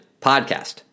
Podcast